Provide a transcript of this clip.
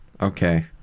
Okay